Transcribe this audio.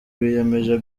biyemeje